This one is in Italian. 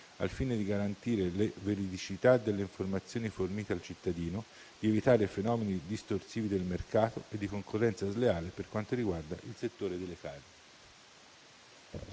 al fine di garantire la veridicità delle informazioni fornite al cittadino, di evitare fenomeni distorsivi del mercato e di concorrenza sleale per quanto riguarda il settore delle carni.